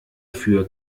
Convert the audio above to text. für